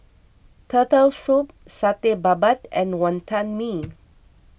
Turtle Soup Satay Babat and Wantan Mee